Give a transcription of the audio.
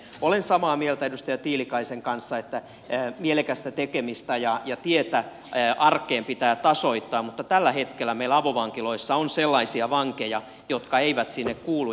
olen samaa mieltä edustaja tiilikaisen kanssa että mielekästä tekemistä ja tietä arkeen pitää tasoittaa mutta tällä hetkellä meillä avovankiloissa on sellaisia vankeja jotka eivät sinne kuulu